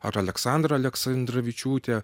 ar aleksandra aleksandravičiūtė